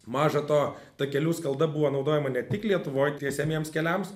maža to ta kelių skalda buvo naudojama ne tik lietuvoj tiesiamiems keliams